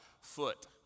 foot